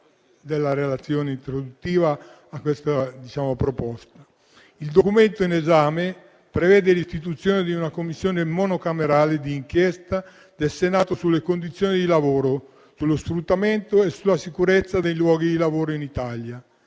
il documento in esame prevede l'istituzione di una Commissione monocamerale di inchiesta del Senato sulle condizioni di lavoro, sullo sfruttamento e sulla sicurezza nei luoghi di lavoro in Italia.